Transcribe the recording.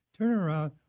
turnaround